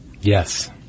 Yes